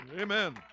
Amen